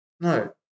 No